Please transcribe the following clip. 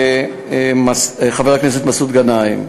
חבר הכנסת מסעוד גנאים,